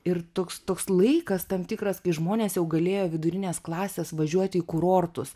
ir toks toks laikas tam tikras kai žmonės jau galėjo vidurinės klasės važiuot į kurortus